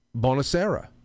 Bonacera